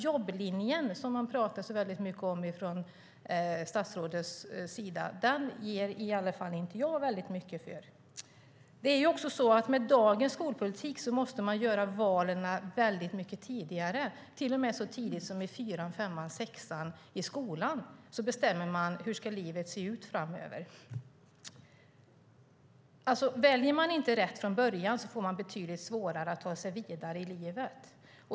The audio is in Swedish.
Jobblinjen, som statsrådet talar så mycket om, ger jag inte mycket för. Med dagens skolpolitik måste man göra valen mycket tidigare. Så tidigt som i fyran, femman, sexan bestämmer man hur livet ska se ut framöver. Väljer man inte rätt från början blir det betydligt svårare att ta sig vidare i livet.